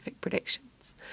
predictions